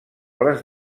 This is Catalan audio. les